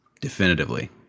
definitively